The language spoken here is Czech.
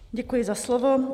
Děkuji za slovo.